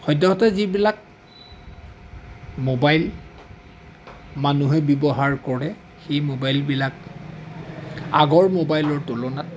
সদ্যহতে যিবিলাক মোবাইল মানুহে ব্যৱহাৰ কৰে সেই মোবাইলবিলাক আগৰ মোবাইলৰ তুলনাত